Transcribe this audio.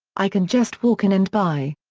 i can just walk in and buy.